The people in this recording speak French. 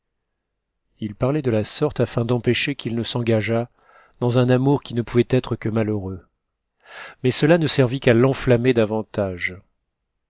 lui parlait de la sorte afin d'empêcher qu'il ne s'engageât dans un amour qui ne pouvait être que malheureux mais cela ne servit qu'a l'enhammer davantage